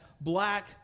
black